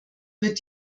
wird